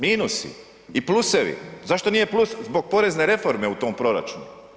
Minusi i plusevi, zašto nije plus zbog porezne reforme u tom proračunu?